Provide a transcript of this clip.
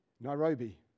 Nairobi